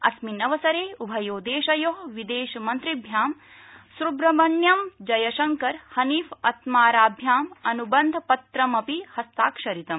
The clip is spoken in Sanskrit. अस्मिन् अवसरे उभयो देशयो विदेशमन्त्रिभ्यां सुब्रह्मण्यम् जयशंकर हनीफ अत्माराभ्याम् अनुबन्धपत्रमपि हस्ताक्षरितम्